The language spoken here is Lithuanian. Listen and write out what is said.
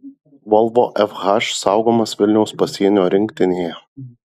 volvo fh saugomas vilniaus pasienio rinktinėje